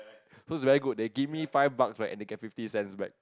so is very good they give me five bucks where I get fifty cents back